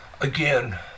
Again